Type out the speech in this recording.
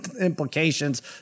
implications